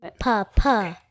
Puh-puh